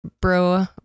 bro